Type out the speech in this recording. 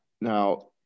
Now